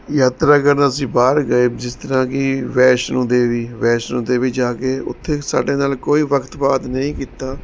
ਯਾਤਰਾ ਕਰਨ ਅਸੀ ਬਾਹਰ ਗਏ ਜਿਸ ਤਰਾਂ ਕਿ ਵੈਸ਼ਨੋ ਦੇਵੀ ਵੈਸ਼ਨੋ ਦੇਵੀ ਜਾ ਕੇ ਉੱਥੇ ਸਾਡੇ ਨਾਲ ਕੋਈ ਵਕਤ ਬਾਤ ਨਹੀਂ ਕੀਤਾ